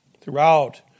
Throughout